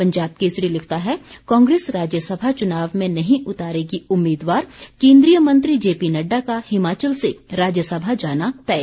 पंजाब केसरी लिखता है कांग्रेस राज्यसभा चुनाव में नहीं उतारेगी उम्मीदवार केंद्रीय मंत्री जेपी नड्डा का हिमाचल से राज्यसभा जाना तय